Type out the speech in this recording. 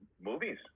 Movies